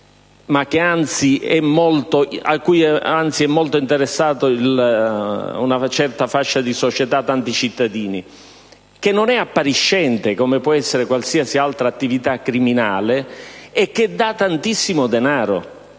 ma a cui anzi è molto interessata una certa fascia di società, con tanti cittadini; inoltre non è appariscente come può essere qualsiasi altra attività criminale e dà tantissimo denaro.